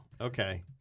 Okay